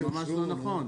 זה ממש לא נכון.